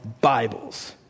Bibles